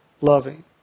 loving